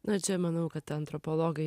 na čia manau kad antropologai